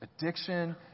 Addiction